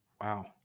Wow